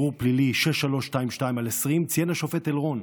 במסגרת ערעור פלילי 6322/20 ציין השופט אלרון: